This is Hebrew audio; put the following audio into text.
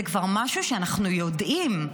זה כבר משהו שאנחנו יודעים.